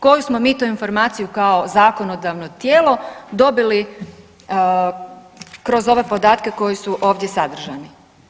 Koju smo mi to informaciju kao zakonodavno tijelo dobili kroz ove podatke koji su ovdje sadržani.